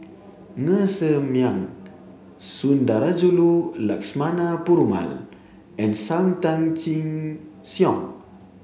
Ser Miang Sundarajulu Lakshmana Perumal and Sam Tan Chin Siong